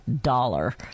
dollar